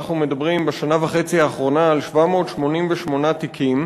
אנחנו מדברים בשנה וחצי האחרונה על 788 תיקים,